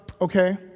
okay